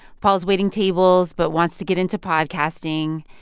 paul's waiting tables but wants to get into podcasting.